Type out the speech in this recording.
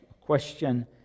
question